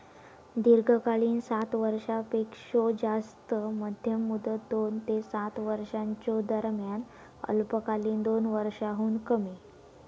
दीर्घकालीन सात वर्षांपेक्षो जास्त, मध्यम मुदत दोन ते सात वर्षांच्यो दरम्यान, अल्पकालीन दोन वर्षांहुन कमी